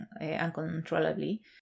uncontrollably